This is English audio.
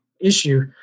Issue